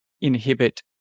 inhibit